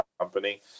company